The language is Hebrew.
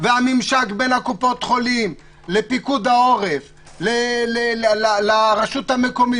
והממשק בין הקופות חולים לפיקוד העורף לרשות המקומית